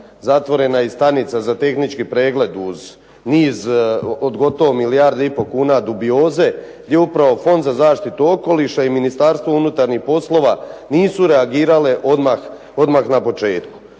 zatvorena i stanica za tehnički pregled uz niz od gotovo milijardu i pol kuna dubioze, gdje upravo Fond za zaštitu okoliša i Ministarstvo unutarnjih poslova nisu reagirale odmah na početku.